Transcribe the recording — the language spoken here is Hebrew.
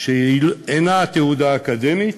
שהיא אינה תעודה אקדמית